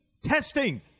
testing